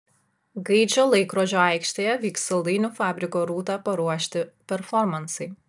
gaidžio laikrodžio aikštėje vyks saldainių fabriko rūta paruošti performansai